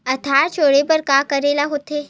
आधार जोड़े बर का करे ला होथे?